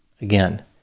again